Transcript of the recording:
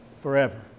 forever